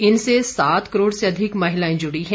इनसे सात करोड़ से अधिक महिलाए जुड़ी हैं